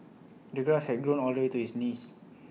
the grass had grown all the way to his knees